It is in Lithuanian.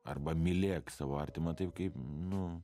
arba mylėk savo artimą taip kaip nu